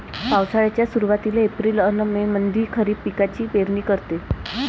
पावसाळ्याच्या सुरुवातीले एप्रिल अन मे मंधी खरीप पिकाची पेरनी करते